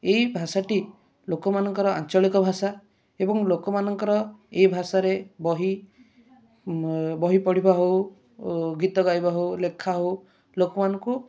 ଏହି ଭାଷାଟି ଲୋକମାନଙ୍କର ଆଞ୍ଚଳିକ ଭାଷା ଏବଂ ଲୋକମାନଙ୍କର ଏହି ଭାଷାରେ ବହି ବହି ପଢ଼ିବା ହେଉ ଓ ଗୀତ ଗାଇବା ହେଉ ଲେଖା ହେଉ ଲୋକମାନଙ୍କୁ